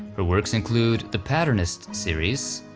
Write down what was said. her works include the patternist series,